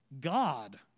God